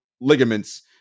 ligaments